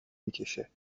میکشه